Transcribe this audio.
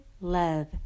love